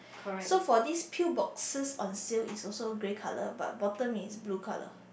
so for this pill boxes on sale is also grey color but bottom is blue color